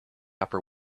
upper